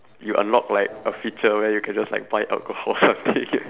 you unlock like a feature where you can just like buy alcohol something